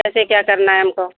कैसे क्या करना है हमको